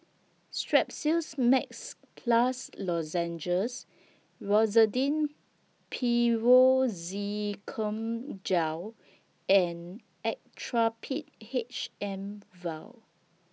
Strepsils Max Plus Lozenges Rosiden Piroxicam Gel and Actrapid H M Vial